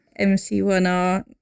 MC1R